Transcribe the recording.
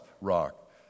Rock